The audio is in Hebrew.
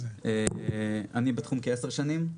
אני בתחום כעשר שנים,